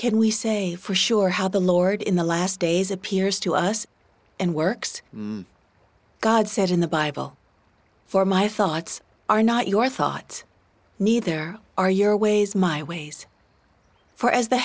can we say for sure how the lord in the last days appears to us and works god said in the bible for my thoughts are not your thoughts need there are your ways my ways for as the